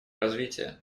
развития